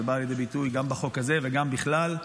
שבאה לידי ביטוי גם בחוק הזה וגם בכלל,